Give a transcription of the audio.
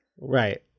Right